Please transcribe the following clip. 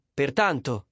pertanto